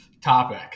topic